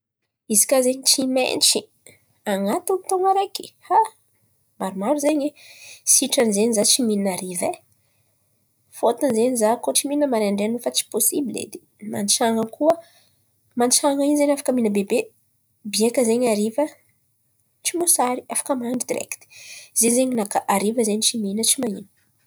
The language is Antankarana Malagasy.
Izikà zen̈y tsy maintsy an̈atin̈y taon̈o araiky maromaro zen̈y, sitran̈y zen̈y zah tsy mihina hariva ai. Fôton̈y zen̈y zah fa tsy mihina maraindrain̈y efa tsy posibla edy, mantsan̈a koa mantsan̈a in̈y zen̈y afaka mihina bebe biàka zen̈y hariva, tsy mosary, afaka mandry direkty. Zay zen̈y ninakà, hariva zen̈y afaka tsy mihina tsy man̈ino.